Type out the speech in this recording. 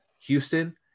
houston